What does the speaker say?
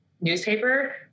newspaper